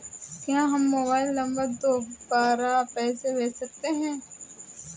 क्या हम mobile number द्वारा पैसे भेज सकते हैं?